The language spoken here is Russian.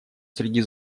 среди